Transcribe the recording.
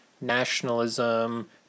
nationalism